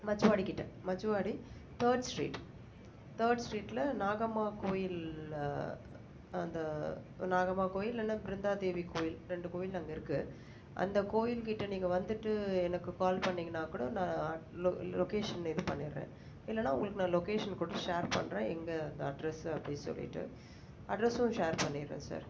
மச்சவாடிகிட்டே Machavadi third street third ஸ்ட்ரீட்டில் நாகம்மா கோயில் அந்த நாகம்மா கோயில் இல்லைன்னா பிருந்தாதேவி கோவில் ரெண்டு கோவில் அங்கேருக்கு அந்த கோயில்கிட்ட நீங்கள் வந்துட்டு எனக்கு கால் பண்ணிங்கன்னால் கூட நான் லொ லொக்கேஷன் இது பண்ணிவிடுறேன் இல்லைன்னா உங்களுக்கு நான் லொக்கேஷன் கூட ஷேர் பண்ணுறேன் எங்கள் அந்த அட்ரஸு அப்படி சொல்லிட்டு அட்ரஸும் ஷேர் பண்ணிவிடுறேன் சார்